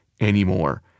anymore